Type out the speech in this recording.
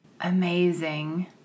Amazing